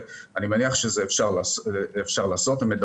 ואני מניח שאפשר לעשות את זה.